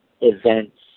events